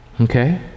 okay